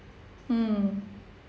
mm